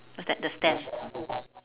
what's that the stand